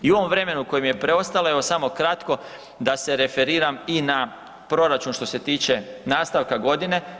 I u ovom vremenu koje mi je preostalo evo samo kratko da se referiram i na proračun što se tiče nastavka godine.